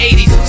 80's